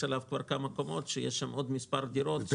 עליו כבר כמה קומות שבהן יש עוד מספר דירות.